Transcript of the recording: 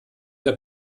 der